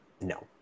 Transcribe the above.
No